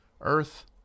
earth